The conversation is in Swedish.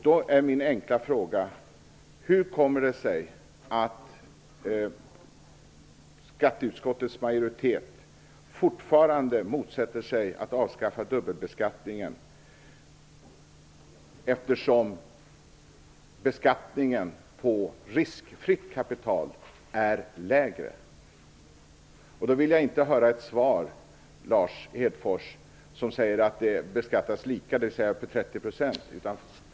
Då är min enkla fråga: Hur kommer det sig att skatteutskottets majoritet fortfarande motsätter sig att man avskaffar dubbelbeskattningen, när beskattningen på riskfritt kapital är lägre? Jag vill inte höra svaret från Lars Hedfors att de beskattas lika, dvs. med 30 %.